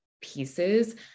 pieces